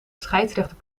scheidsrechter